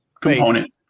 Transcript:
component